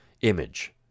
image